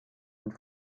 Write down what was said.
and